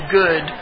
good